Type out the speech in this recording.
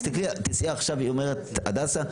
אם תיסעי עכשיו להדסה,